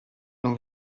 non